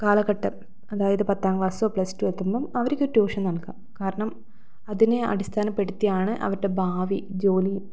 കാലഘട്ടം അതായത് പത്താം ക്ലാസ്സോ പ്ലസ് ടു എത്തുമ്പം അവർക്ക് ട്യൂഷൻ നൽകാം കാരണം അതിനെ അടിസ്ഥാനപ്പെടുത്തിയാണ് അവരുടെ ഭാവി ജോലി